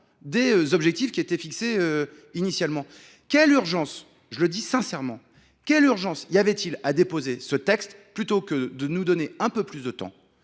des objectifs qui étaient fixés initialement ! Je le dis en toute sincérité : quelle urgence y avait il à déposer ce texte plutôt que de nous accorder un peu plus de temps